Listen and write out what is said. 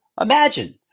imagine